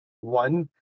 One